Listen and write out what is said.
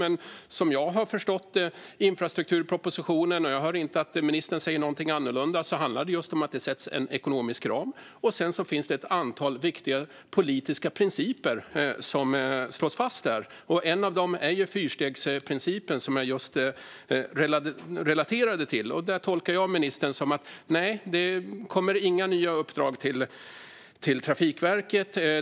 Men som jag har förstått infrastrukturpropositionen - och jag hör inte att ministern säger någonting annorlunda - handlar det just om att det sätts en ekonomisk ram. Sedan finns det ett antal viktiga politiska principer som slås fast där. En av dem är fyrstegsprincipen, som jag just relaterade till. Där tolkar jag ministern så här: Nej, det kommer inga nya uppdrag till Trafikverket.